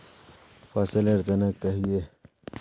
फसल लेर तने कहिए?